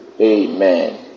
amen